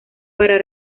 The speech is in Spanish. para